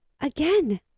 again